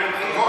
אני אמרתי,